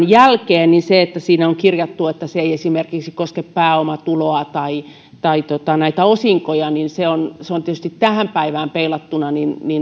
jälkeen niin että siinä on kirjattu että se ei esimerkiksi koske pääomatuloa tai tai näitä osinkoja on tietysti tähän päivään peilattuna